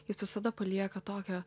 jis visada palieka tokio